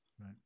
Right